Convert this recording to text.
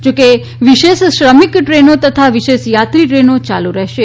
જોકે વિશેષ ક્ષમિક ટ્રેનો તથા વિશેષ યાત્રી ટ્રેનો યાલુ રહેશે